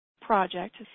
project